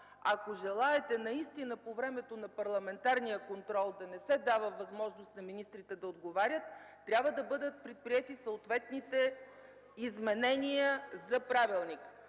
ако желаете наистина по времето на парламентарния контрол да не се дава възможност на министрите да отговарят, трябва да бъдат предприети съответните изменения на правилника.